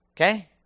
Okay